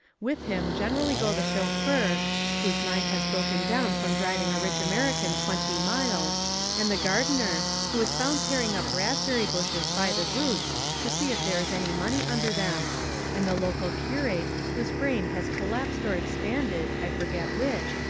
with him generally go the chauffeur whose mind has broken down from driving a rich american twenty miles and the gardener, who is found tearing up raspberry bushes by the roots to see if there is any money under them and the local curate whose brain has collapsed or expanded, i forget which,